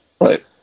right